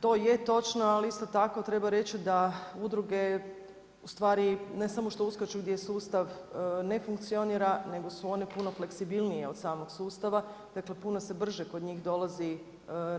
To je točno, ali isto tako treba reći da udruge ustvari ne samo uskaču gdje sustav ne funkcionira nego su one fleksibilnije od samog sustava, dakle puno se brže kod njih dolazi